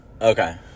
Okay